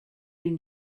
been